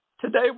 Today